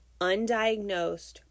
undiagnosed